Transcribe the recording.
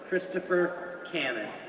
christopher cannon,